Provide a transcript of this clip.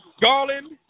Garland